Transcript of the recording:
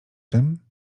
tym